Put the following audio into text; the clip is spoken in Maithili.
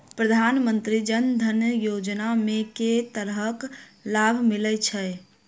प्रधानमंत्री जनधन योजना मे केँ तरहक लाभ मिलय छै?